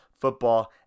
football